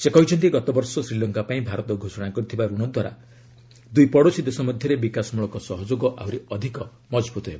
ସେ କହିଛନ୍ତି ଗତବର୍ଷ ଶ୍ରୀଲଙ୍କା ପାଇଁ ଭାରତ ଘୋଷଣା କରିଥିବା ରଣ ଦ୍ୱାରା ଦ୍ରଇ ପଡ଼ୋଶୀ ଦେଶ ମଧ୍ୟରେ ବିକାଶ ମଳକ ସହଯୋଗ ଆହୁରି ଅଧିକ ମଜବୃତ ହେବ